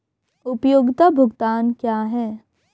उपयोगिता भुगतान क्या हैं?